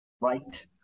right